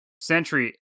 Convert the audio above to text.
Sentry